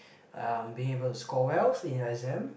um being able to score well in the exam